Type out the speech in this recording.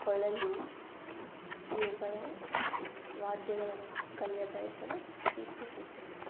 ಕೊಳಲು ಇವುಗಳು ವಾದ್ಯಗಳನ್ನು ಕಲಿಯ ಬಯಸಲು ಇಚ್ಛಿಸುತ್ತೇನೆ